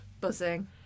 buzzing